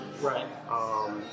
right